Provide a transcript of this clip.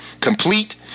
Complete